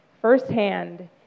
firsthand